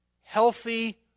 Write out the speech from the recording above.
healthy